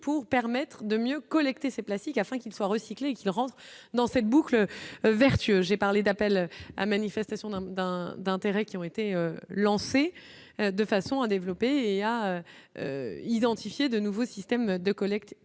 pour permettre de mieux collecter ces plastiques afin qu'ils soient recyclés qu'ils rentrent dans cette boucle. Vertueux, j'ai parlé d'appel à manifestation d'un d'intérêt qui ont été lancés de façon à développer et à identifier de nouveaux systèmes de collecte